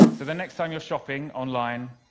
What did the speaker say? so the next time you're shopping online,